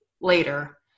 later